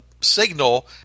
signal